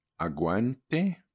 Aguante